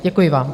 Děkuji vám.